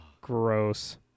gross